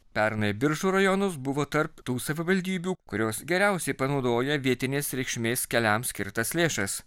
pernai biržų rajonas buvo tarp tų savivaldybių kurios geriausiai panaudoja vietinės reikšmės keliam skirtas lėšas